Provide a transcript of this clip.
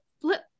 flip